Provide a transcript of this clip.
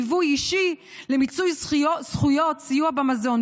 ליווי אישי למיצוי זכויות וסיוע במזון.